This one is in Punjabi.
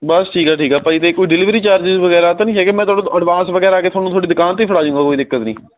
ਬਸ ਠੀਕ ਹੈ ਠੀਕ ਹੈ ਭਾਅ ਜੀ ਅਤੇ ਕੋਈ ਡਿਲੀਵਰੀ ਚਾਰਜਿਸ ਵਗੈਰਾ ਤਾਂ ਨਹੀਂ ਹੈਗੇ ਮੈਂ ਤੁਹਨੂੰ ਐਡਵਾਂਸ ਵਗੈਰਾ ਕਿੱਥੋਂ ਤੁਹਾਡੀ ਦੁਕਾਨ 'ਤੇ ਹੀ ਫੜਾ ਜੂੰਗਾ ਕੋਈ ਦਿੱਕਤ ਨਹੀਂ